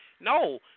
No